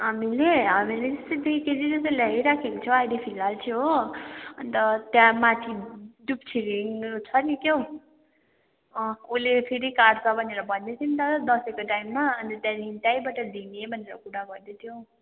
हामीले हामीले यस्तै दुई केजी ल्याइराखेको छु अहिले फिलहाल चाहिँ हो अन्त त्यहाँमाथि डुपछिरिङ छ नि क्या हो अँ कसले फेरि काट्छ भनेर भन्दै थियो नि त दसैँको टाइममा अनि त्यहाँदेखि त्यहीँबाट लिने भनेर कुरा गर्दै थियौँ